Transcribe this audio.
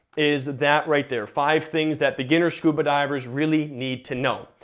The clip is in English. is that right there five things that beginner scuba divers really need to know.